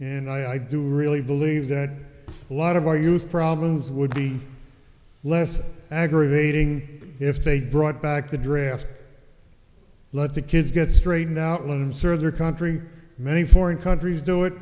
and i do really believe that a lot of our use problems would be less aggravating if they brought back the draft let the kids get straightened out let them serve their country many foreign countries do it